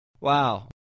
Wow